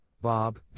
Bob